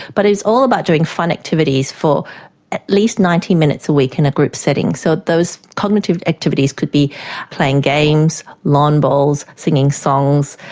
but it's all about doing fun activities for at least ninety minutes a week in a group setting. so those cognitive activities could be playing games, lawn bowls, singing songs,